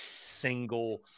single